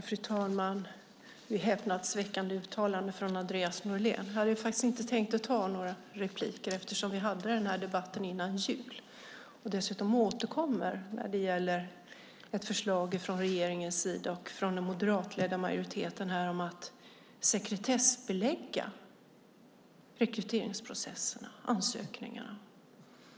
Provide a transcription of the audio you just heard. Fru talman! Detta är häpnadsväckande uttalanden från Andreas Norlén. Jag hade faktiskt inte tänkt ta några repliker, eftersom vi hade den här debatten innan jul och dessutom återkommer när det gäller ett förslag från regeringen och den moderatledda majoriteten om att sekretessbelägga rekryteringsprocesserna och ansökningarna.